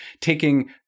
taking